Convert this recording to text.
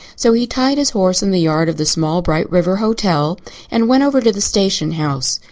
so he tied his horse in the yard of the small bright river hotel and went over to the station house.